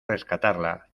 rescatarla